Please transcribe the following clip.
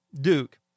Duke